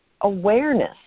awareness